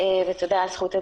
ותודה על זכות הדיבור.